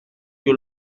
que